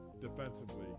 Defensively